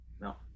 no